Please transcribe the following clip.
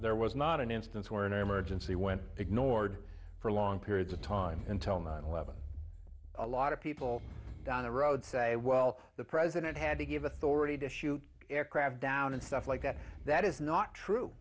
there was not an instance where an emergency went ignored for long periods of time until nine eleven a lot of people down the road say well the president had to give authority to shoot aircraft down and stuff like that that is not true